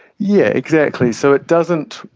yeah exactly, so it doesn't,